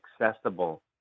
accessible